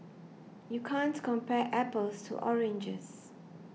you can't compare apples to oranges